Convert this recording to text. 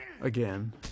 again